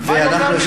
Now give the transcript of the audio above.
מה יותר מזה?